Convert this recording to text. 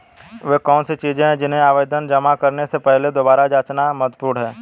वे कौन सी चीजें हैं जिन्हें ऋण आवेदन जमा करने से पहले दोबारा जांचना महत्वपूर्ण है?